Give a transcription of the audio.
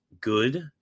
good